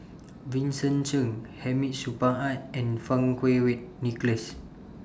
Vincent Cheng Hamid Supaat and Fang Kuo Wei Nicholas